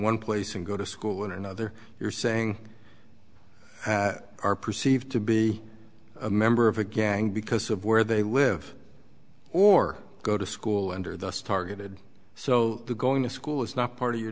one place and go to school in another you're saying are perceived to be a member of a gang because of where they live or go to school under those targeted so the going to school is not part of your